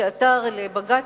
שעתר לבג"ץ,